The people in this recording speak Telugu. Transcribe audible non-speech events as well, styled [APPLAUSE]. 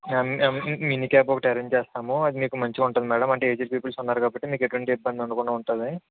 [UNINTELLIGIBLE] మినీ క్యాబ్ ఒకటి ఎరేంజ్ చేస్తాము అది మీకు మంచిగా ఉంటుంది మ్యాడం అంటే ఏజ్డ్ పీపుల్స్ కూడా ఉన్నారు కాబట్టి మీకు ఎటువంటి ఇబ్బంది ఉండకుండా ఉంటుంది